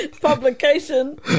publication